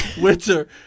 Winter